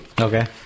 Okay